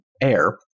air